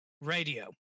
radio